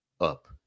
up